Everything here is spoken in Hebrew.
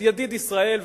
ידיד ישראל,